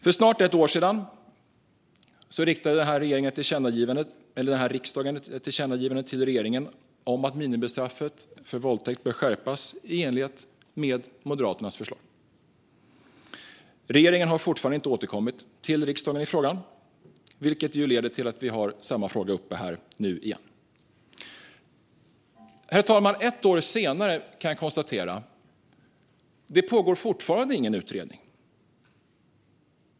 För snart ett år sedan riktade denna riksdag ett tillkännagivande till regeringen om att minimistraffet för våldtäkt bör skärpas i enlighet med Moderaternas förslag. Regeringen har fortfarande inte återkommit till riksdagen i frågan, vilket leder till att vi tar upp samma fråga nu igen. Herr talman! Ett år senare kan jag konstatera att det fortfarande inte pågår någon utredning.